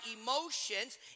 emotions